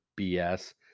BS